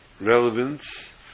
relevance